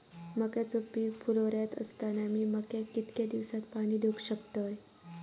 मक्याचो पीक फुलोऱ्यात असताना मी मक्याक कितक्या दिवसात पाणी देऊक शकताव?